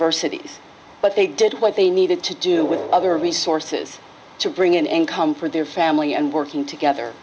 sities but they did what they needed to do with other resources to bring in income for their family and working together